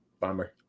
Bomber